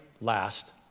last